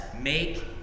make